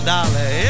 Dolly